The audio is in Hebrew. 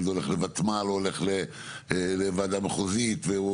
אם זה הולך לוותמ"ל או הולך לוועדה מחוזית או